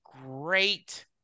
great